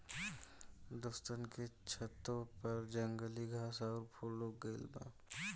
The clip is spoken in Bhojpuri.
दोस्तन के छतों पर जंगली घास आउर फूल उग गइल बा